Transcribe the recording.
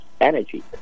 energy